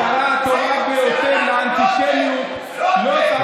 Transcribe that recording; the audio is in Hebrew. התשובה הטובה ביותר לאנטישמיות, לא אתם, לא אתם.